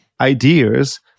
ideas